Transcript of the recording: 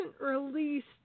released